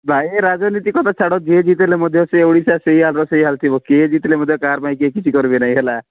ଭାଇ ରାଜନୀତି କଥା ଛାଡ଼ ଯିଏ ଜିତିଲେ ମଧ୍ୟ ସେଇ ଓଡ଼ିଶା ସେଇ ଆଗ ସେଇ ହାଲ୍ ଥିବ କିଏ ଜିତିଲେ ମଧ୍ୟ କାହାର ପାଇଁ କିଏ କିଛି କରିବେ ନାହିଁ ହେଲା